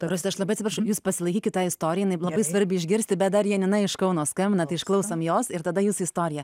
rosita aš labai atsiprašau jūs pasilaikykit tą istoriją jinai labai svarbi išgirsti bet dar janina iš kauno skambina tai išklausom jos ir tada jūsų istorija